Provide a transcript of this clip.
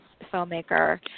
filmmaker